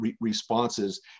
responses